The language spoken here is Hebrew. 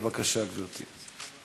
בבקשה, גברתי.